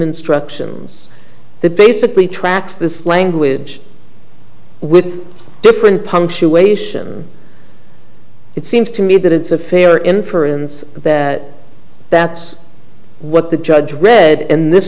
instructions the basically tracks this language with different punctuation it seems to me that it's a fair inference that that's what the judge read in this